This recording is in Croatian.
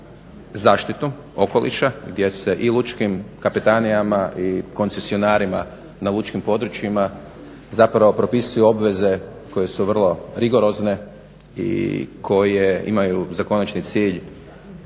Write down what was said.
zaštitu okoliša gdje se i lučkim kapetanijama i koncesionarima na lučkim područjima zapravo propisuju obveze koje su vrlo rigorozne i koje imaju za konačni cilj